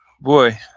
boy